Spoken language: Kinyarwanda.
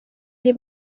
ari